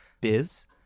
biz